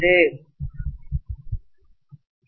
மாணவர் ∅ Ni